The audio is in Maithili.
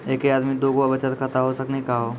एके आदमी के दू गो बचत खाता हो सकनी का हो?